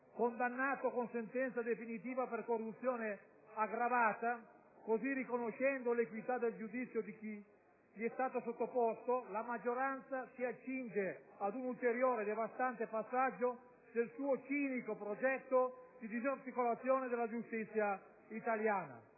condannato con sentenza definitiva per corruzione aggravata, così riconoscendo l'equità del giudizio cui egli è stato sottoposto, la maggioranza si accinge ad un ulteriore, devastante passaggio del suo cinico progetto di disarticolazione della giustizia italiana.